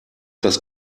das